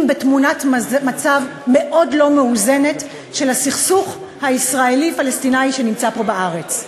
בתמונת מצב מאוד לא מאוזנת של הסכסוך הישראלי פלסטיני שקיים פה בארץ.